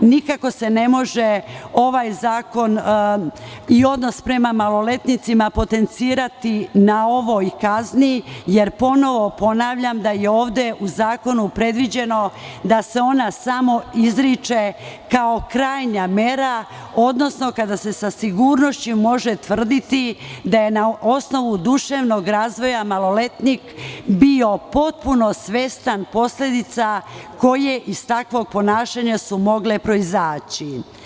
Nikako se ne može ovaj zakon i odnos prema maloletnicima potencirati na ovoj kazni, jer, ponovo ponavljam, ovde je u zakonu predviđeno da se ona samo izriče kao krajnja mera, odnosno kada se sa sigurnošću može tvrditi da je na osnovu duševnog razvoja maloletnik bio potpuno svestan posledica koje su iz takvog ponašanja mogle proizaći.